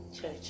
Church